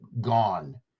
gone